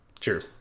Sure